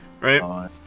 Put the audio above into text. right